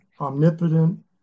omnipotent